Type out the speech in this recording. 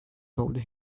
told